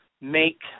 make